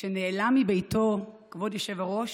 שנעלם מביתו, כבוד היושב-ראש,